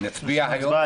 נצביע היום?